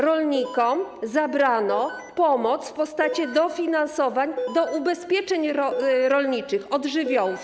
Rolnikom zabrano pomoc w postaci dofinansowań do ubezpieczeń rolniczych od żywiołów.